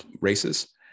Races